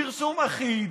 פרסום אחיד.